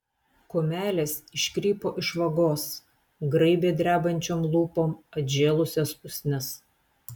kumelės iškrypo iš vagos graibė drebančiom lūpom atžėlusias usnis